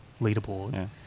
leaderboard